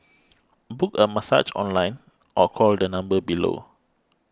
book a massage online or call the number below